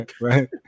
Right